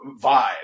vibe